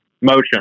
motion